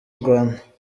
rwanda